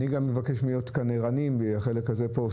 אני מבקש להיות כאן ערניים בחלק הזה פה,